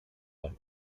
nach